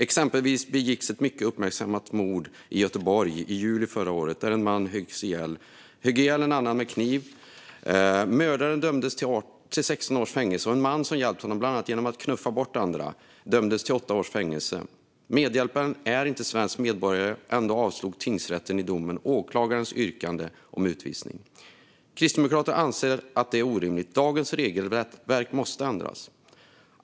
Exempelvis begicks ett mycket uppmärksammat mord i Göteborg i juli förra året då en man högg ihjäl en annan med kniv. Mördaren dömdes till 16 års fängelse. En man som hjälpte honom genom att bland annat knuffa bort andra dömdes till åtta års fängelse. Medhjälparen är inte svensk medborgare, men ändå avslog tingsrätten i domen åklagarens yrkande om utvisning. Kristdemokraterna anser att detta är orimligt. Dagens regelverk måste ändras.